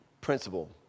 principle